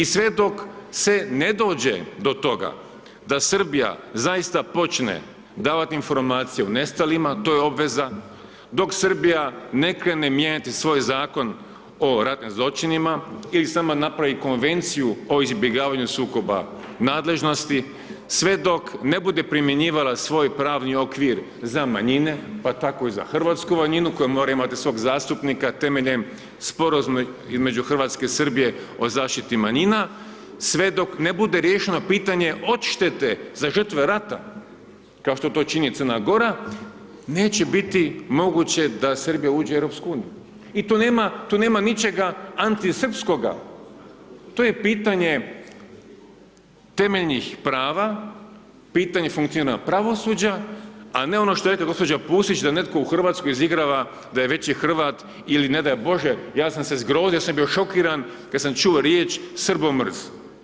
I sve dok se ne dođe do toga da Srbija zaista počne davati informacije o nestalima, to je obveza, dok Srbija ne krene mijenjati svoj Zakon o ratnim zločinima i sama napravi Konvenciju o izbjegavanju sukoba nadležnosti, sve dok ne bude primjenjivala svoj pravni okvir za manjine pa tako i za hrvatsku manjinu koja mora imati svog zastupnika temeljem sporazuma između Hrvatske i Srbije o zaštiti manjina, sve dok ne bude riješeno pitanje odštete za žrtve rata kao što to čini Crna Gora, neće biti moguće da Srbija uđe u EU i tu nema ničega antisrpskoga, to je pitanje temeljenih prava, pitanje funkcioniranja pravosuđa a ne ono što je rekla gđa. Pusić da netko u Hrvatskoj izigrava da je veći Hrvat ili ne daj bože, ja sam se zgrozio, ja sam bio šokiran kad sam čuo riječ srbomrz.